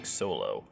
solo